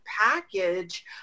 package